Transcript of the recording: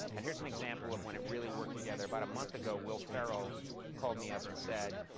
and here's an example of when it really worked together. about a month ago, will ferrell called me up and said,